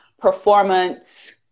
performance